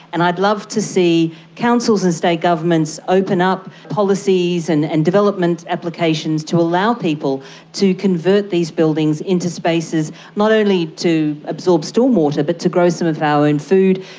and i'd love to see councils and state governments open up policies and and development applications to allow people to convert these buildings into spaces, not only to absorb stormwater but to grow some of our own and food.